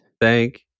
Thank